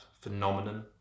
phenomenon